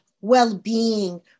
well-being